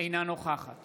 אינה נוכחת